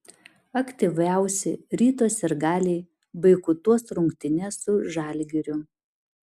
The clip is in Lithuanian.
aktyviausi ryto sirgaliai boikotuos rungtynes su žalgiriu